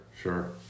sure